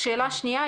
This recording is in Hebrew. שנייה.